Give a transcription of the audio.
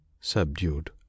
subdued